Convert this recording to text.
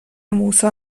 موسی